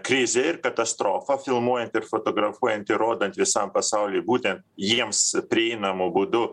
krizė ir katastrofa filmuojant ir fotografuojant ir rodant visam pasauliui būtent jiems prieinamu būdu